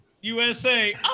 USA